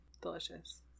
Delicious